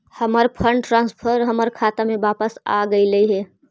हमर fund transfer हमर खाता में वापस आगईल हे